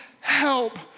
help